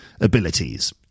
abilities